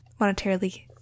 monetarily